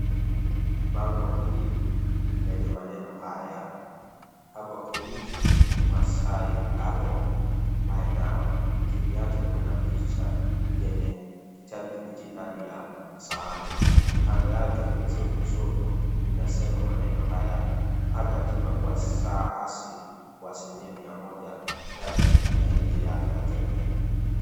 Bango hili lenye maneno haya (cs)Herbal Clinic, Maasai herbal, buy now(cs),chini yake kuna picha yenye kijani kibichi ndani ya sahani, kando yake pembezoni kushoto inasema maneno haya:Pata tiba kwa za asili kwa asilimia mia moja ndani na nje ya Tanzania.